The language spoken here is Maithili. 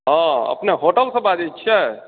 हँ अपने होटल से बाजै छियै